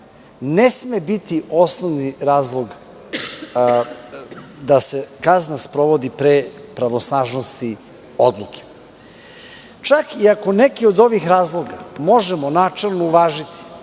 ne sme biti osnovni razlog da se kazna sprovodi pre pravosnažnosti odluke. Čak i ako neki od ovih razloga možemo načelno uvažiti,